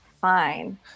fine